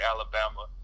Alabama